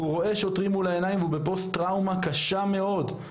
הוא רואה שוטרים מול העיניים והוא בפוסט טראומה קשה מאוד.